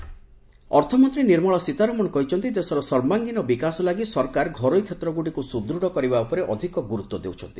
Sitharaman budget ଅର୍ଥମନ୍ତ୍ରୀ ନିର୍ମଳା ସୀତାରମଣ କହିଛନ୍ତି ଦେଶର ସର୍ବାଙ୍ଗୀନ ବିକାଶ ଲାଗି ସରକାର ଘରୋଇ କ୍ଷେତ୍ରଗୁଡ଼ିକୁ ସୁଦୃଢ଼ କରିବା ଉପରେ ଅଧିକ ଗୁରୁଡ୍ୱ ଦେଉଛନ୍ତି